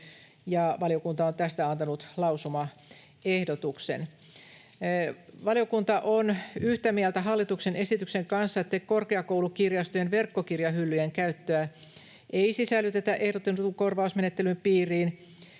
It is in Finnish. valiokunta on tästä antanut lausumaehdotuksen. Valiokunta on yhtä mieltä hallituksen esityksen kanssa, että korkeakoulukirjastojen verkkokirjahyllyjen käyttöä ei sisällytetä ehdotetun korvausmenettelyn piiriin.